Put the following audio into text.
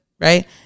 right